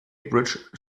bridge